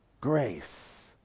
grace